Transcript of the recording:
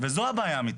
וזו הבעיה האמיתית.